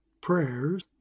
prayers